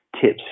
tips